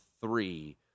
three